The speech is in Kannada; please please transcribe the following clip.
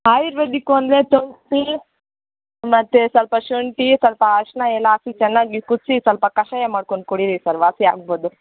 ಆಯುರ್ವೇದಿಕ್ಕು ಅಂದರೆ ತುಳ್ಸಿ ಮತ್ತು ಸ್ವಲ್ಪ ಶುಂಠಿ ಸ್ವಲ್ಪ ಅರಿಶ್ಣ ಎಲ್ಲ ಹಾಕಿ ಚೆನ್ನಾಗಿ ಕುದಿಸಿ ಸ್ವಲ್ಪ ಕಷಾಯ ಮಾಡ್ಕೊಂಡು ಕುಡೀರಿ ಸರ್ ವಾಸಿ ಆಗ್ಬೋದು